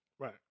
Right